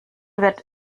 wird